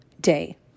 day